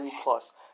plus